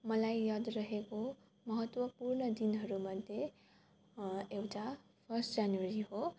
मलाई याद रहेको महत्त्वपूर्ण दिनहरू मध्ये एउटा फर्स्ट जनवरी हो